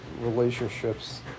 relationships